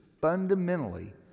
fundamentally